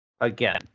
Again